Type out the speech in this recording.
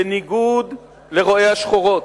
בניגוד לדעת רואי השחורות,